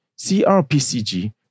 CRPCG